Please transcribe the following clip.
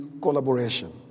collaboration